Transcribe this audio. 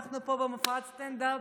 אנחנו פה במופע סטנדאפ,